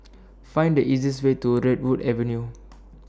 Find The eastest Way to Redwood Avenue